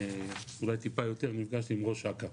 אולי טיפה יותר, נפגשתי עם ראש אכ"א